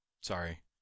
Sorry